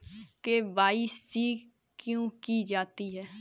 KYC क्यों की जाती है?